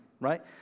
right